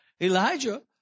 Elijah